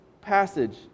passage